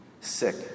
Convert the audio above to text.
Sick